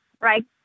Right